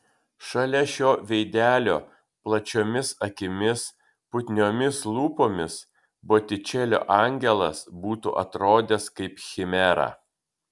šalia šio veidelio plačiomis akimis putniomis lūpomis botičelio angelas būtų atrodęs kaip chimera